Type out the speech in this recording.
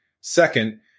Second